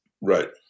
Right